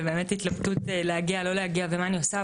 ובאמת התלבטות אם להגיע או לא להגיע ומה אני עושה,